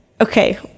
Okay